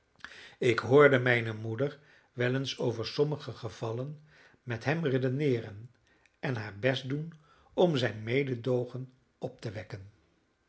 ik hoorde mijne moeder wel eens over sommige gevallen met hem redeneeren en haar best doen om zijn mededoogen op te wekken